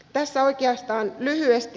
tässä oikeastaan lyhyesti